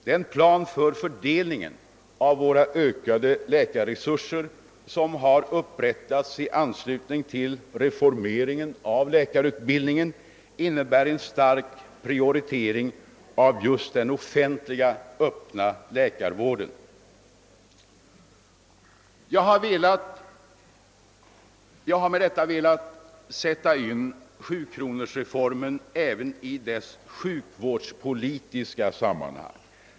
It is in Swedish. Den plan för fördelningen av våra ökande läkarresurser, som har upprättats i anslutning till reformeringen av läkarutbildningen, innebär en stark prioritering av just den offentliga öppna läkarvården. Jag har med detta velat sätta in sjukronorsreformen även i dess sjukvårdspolitiska sammanhang.